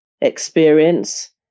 experience